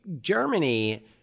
Germany